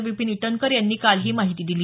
विपीन इटनकर यांनी काल ही माहिती दिली